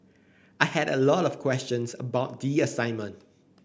I had a lot of questions about the assignment